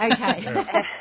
Okay